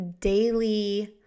daily